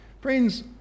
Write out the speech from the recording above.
Friends